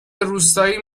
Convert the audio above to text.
روستایی